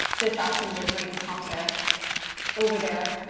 this option would bring palm terrace over their